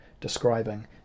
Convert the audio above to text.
describing